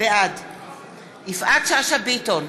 בעד יפעת שאשא ביטון,